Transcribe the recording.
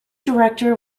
director